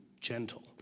gentle